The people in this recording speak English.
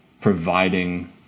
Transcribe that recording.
providing